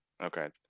Okay